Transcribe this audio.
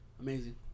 amazing